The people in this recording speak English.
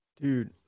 Dude